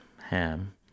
Ham